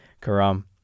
Karam